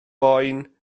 boen